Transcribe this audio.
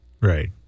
Right